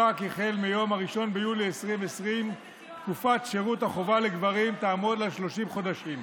מיום 1 ביולי 2020 תקופת שירות החובה לגברים תעמוד על 30 חודשים.